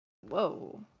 Whoa